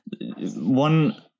one